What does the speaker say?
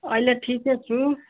अहिले ठिकै छु